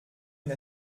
une